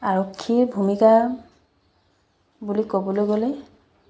আৰক্ষীৰ ভূমিকা বুলি ক'বলৈ গ'লে